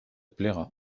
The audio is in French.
plaira